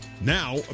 Now